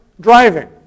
driving